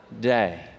day